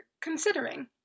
considering